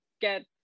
get